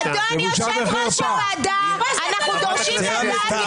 ויו"ר הוועדה מאפשר את מתן חוות הדעת,